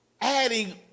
adding